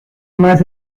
más